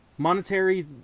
Monetary